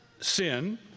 sin